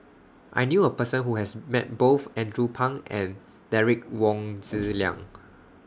I knew A Person Who has Met Both Andrew Phang and Derek Wong Zi Liang